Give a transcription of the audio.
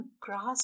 grasp